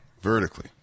Vertically